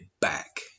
back